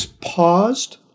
paused